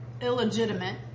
illegitimate